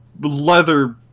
leather